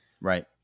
Right